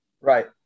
Right